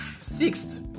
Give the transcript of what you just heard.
sixth